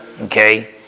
okay